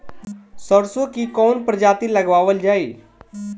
सरसो की कवन प्रजाति लगावल जाई?